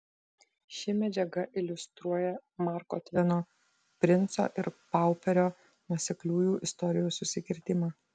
ši medžiaga iliustruoja marko tveno princo ir pauperio nuosekliųjų istorijų susikirtimą